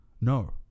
No